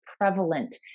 prevalent